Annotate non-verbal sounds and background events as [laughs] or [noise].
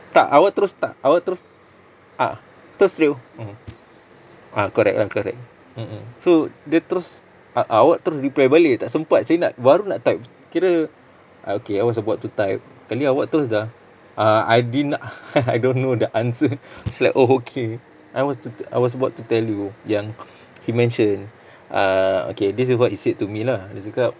tak awak terus tak awak terus ah terus you mmhmm ah correct ah correct mmhmm so dia terus err awak terus reply balik tak sempat saya nak baru nak type kira uh okay I was about to type sekali awak terus dah uh I didn't [laughs] I don't know the answer it's like oh okay I was t~ I was about to tell you yang he mention uh okay this is what he said to me lah dia cakap